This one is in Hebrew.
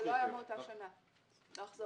זה לא היה מאותה שנה, ההחזרות.